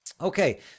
Okay